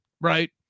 right